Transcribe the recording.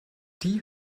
die